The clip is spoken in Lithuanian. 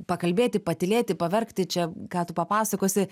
pakalbėti patylėti paverkti čia ką tu papasakosi